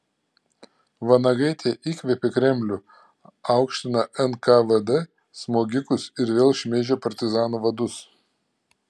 vanagaitė įkvėpė kremlių aukština nkvd smogikus ir vėl šmeižia partizanų vadus